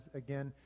again